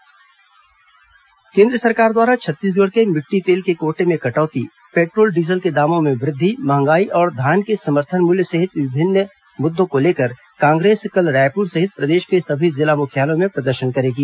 कांग्रेस प्रदर्शन केन्द्र सरकार द्वारा छत्तीसगढ़ के मिट्टी तेल के कोटे में कटौती पेट्रोल डीजल के दामों में वृद्धि महंगाई और धान के समर्थन मूल्य जैसे विभिन्न मुद्दों को लेकर कांग्रेस कल रायपुर सहित प्रदेश के सभी जिला मुख्यालयों में प्रदर्शन करेगी